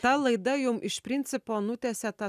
ta laida jum iš principo nutiesė tą